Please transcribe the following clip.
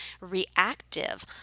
reactive